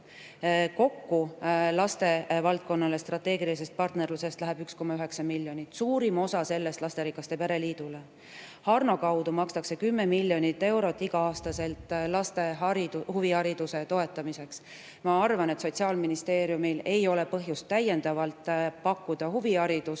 läheb lastevaldkonnale strateegilisest partnerlusest 1,9 miljonit, suurim osa sellest lasterikaste perede liidule. Harno kaudu makstakse iga aasta 10 miljonit eurot laste huvihariduse toetamiseks. Ma arvan, et Sotsiaalministeeriumil ei ole põhjust täiendavalt pakkuda huviharidust,